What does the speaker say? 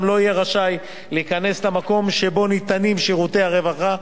לא יהיה רשאי להיכנס למקום שבו ניתנים שירותי רווחה,